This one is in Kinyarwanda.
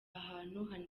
hantu